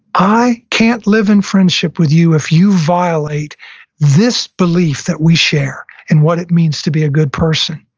i can't live in friendship with you if you violate this belief that we share and what it means to be a good person.